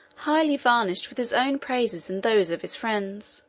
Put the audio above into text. highly varnished with his own praises and those of his friends.